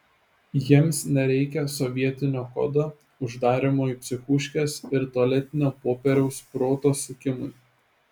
jiems nereikia sovietinio kodo uždarymo į psichuškes ir tualetinio popieriaus proto sukimui